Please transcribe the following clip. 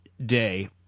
day